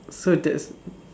so that's